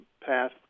path